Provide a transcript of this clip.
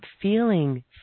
feeling